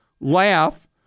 laugh